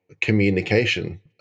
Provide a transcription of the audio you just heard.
communication